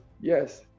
yes